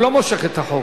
הוא לא מושך את החוק,